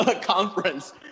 conference